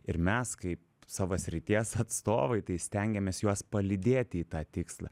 ir mes kaip savo srities atstovai tai stengiamės juos palydėti į tą tikslą